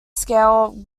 scale